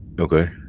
Okay